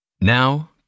Now